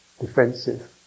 defensive